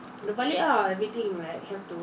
the toilet lah everything right you have to